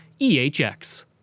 EHX